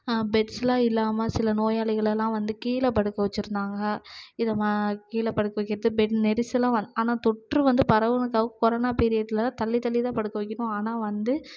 பெட்ஸ்லாம் இல்லாமல் சில நோயாளிகலெல்லாம் வந்து கீழே படுக்க வச்சுருந்தாங்க இது மா கீழே படுக்க வைக்கிறது பெட் நெரிசலும் வந்து ஆனால் தொற்று வந்து பரவுறதுக்காக கொரோனா பீரியட்டில் தள்ளி தள்ளி தான் படுக்க வைக்கணும் ஆனால் வந்து